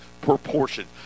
proportion